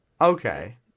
Okay